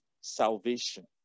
salvation